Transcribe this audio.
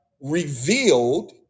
revealed